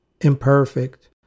imperfect